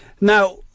Now